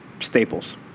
Staples